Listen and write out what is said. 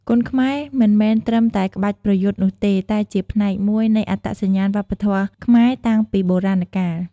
គុនខ្មែរមិនមែនត្រឹមតែក្បាច់ប្រយុទ្ធនោះទេ តែជាផ្នែកមួយនៃអត្តសញ្ញាណវប្បធម៌ខ្មែរតាំងពីបុរាណកាល។